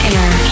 Air